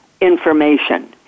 information